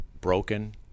broken